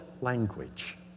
language